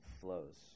flows